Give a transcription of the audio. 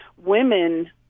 women